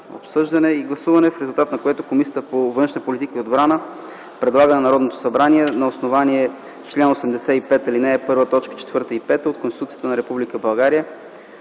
обсъждане и гласуване, в резултат на което Комисията по външна политика и отбрана предлага на Народното събрание на основание чл. 85, ал. 1, т. 4 и 5 от Конституцията на